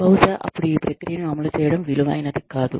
బహుశా అప్పుడు ఈ ప్రక్రియను అమలు చేయడం విలువైనది కాదు